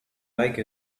like